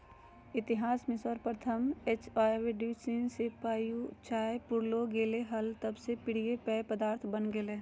इतिहास में सर्वप्रथम डचव्यापारीचीन से चाययूरोपले गेले हल तब से प्रिय पेय पदार्थ बन गेलय